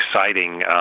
exciting